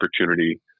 opportunity